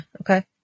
Okay